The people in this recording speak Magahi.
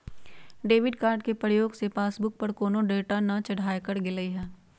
डेबिट कार्ड के प्रयोग से पासबुक पर कोनो डाटा न चढ़ाएकर गेलइ ह